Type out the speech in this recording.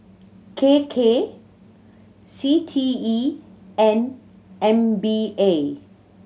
K K C T E and M P A